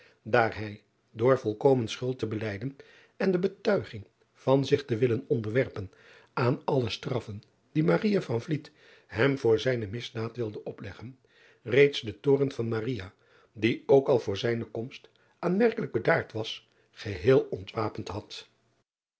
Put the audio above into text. daar hij door volkomen schuld te belijden en de betuiging van zich te willen onderwerpen aan alle straffen die hem voor zijne misdaad wilde opleggen reeds den toorn van die ook al voor zijne komst aanmerkelijk bedaard was geheel ontwapend had